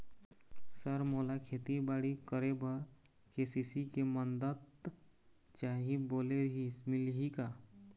Sir मोला खेतीबाड़ी करेबर के.सी.सी के मंदत चाही बोले रीहिस मिलही का?